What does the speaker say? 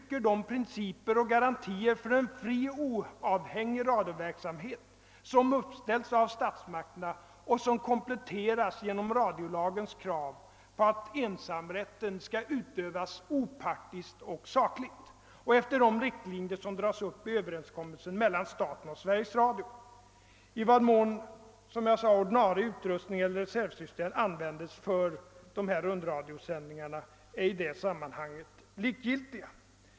ker de principer och garantier för en fri och oavhängig radioverksamhet som uppställts av statsmakterna och som kompletteras genom radiolagens krav på att ensamrätten skall utövas opartiskt och sakligt och efter de riktlinjer som dragits upp i överenskommelsen mellan staten och Sveriges Radio. I vad mån ordinarie utrustning eller ett reservsystem används för dessa rundradiosändningar är i detta sammanhang likgiltigt.